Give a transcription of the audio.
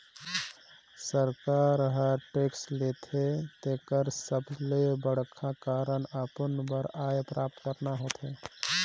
सरकार हर टेक्स लेथे तेकर सबले बड़खा कारन अपन बर आय प्राप्त करना होथे